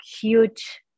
huge